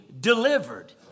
delivered